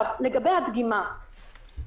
לגבי הדגימה,